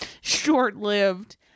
short-lived